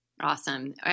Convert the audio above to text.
Awesome